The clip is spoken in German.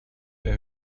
der